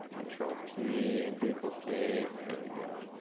control p, and duplicate, there we go.